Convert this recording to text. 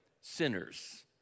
sinners